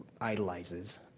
idolizes